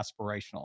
aspirational